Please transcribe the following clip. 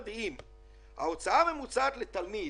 ההוצאה הממוצעת לתלמיד